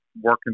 working